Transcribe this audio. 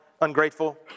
ungrateful